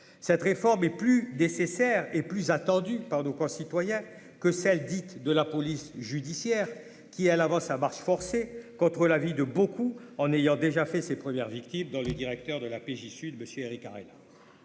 cette réforme est plus des Césaire et plus attendu par nos concitoyens que celle dite de la police judiciaire qui est à l'avance à marche forcée, contre l'avis de beaucoup en ayant déjà fait c'est. Premières victimes dans le directeur de la PJ Sud monsieur